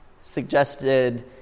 suggested